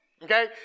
Okay